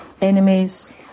enemies